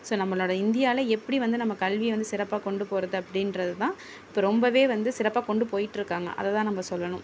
so நம்மளோட இந்தியாவில எப்படி வந்து நம்ம கல்வி வந்து சிறப்பாக கொண்டு போகறது அப்படின்றது தான் இப்போ ரொம்பவே வந்து சிறப்பாக கொண்டு போய்ட்டுருக்காங்க அதை தான் நம்ப சொல்லணும்